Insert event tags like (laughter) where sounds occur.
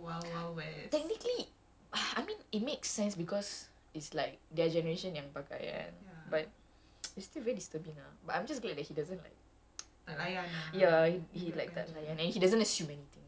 (breath) technically ah I mean it makes sense because it's like their generation yang pakai kan but (noise) it's still very disturbing lah but I'm just glad that he doesn't like (noise) ya he like tak layan and then he doesn't assume anything